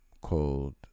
called